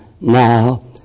now